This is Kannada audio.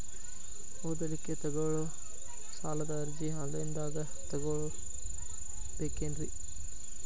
ಓದಲಿಕ್ಕೆ ತಗೊಳ್ಳೋ ಸಾಲದ ಅರ್ಜಿ ಆನ್ಲೈನ್ದಾಗ ತಗೊಬೇಕೇನ್ರಿ?